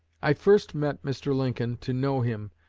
i first met mr. lincoln, to know him,